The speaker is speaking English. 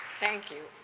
thank you.